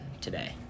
today